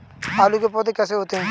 आलू के पौधे कैसे होते हैं?